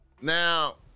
Now